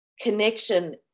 connection